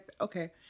Okay